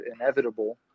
inevitable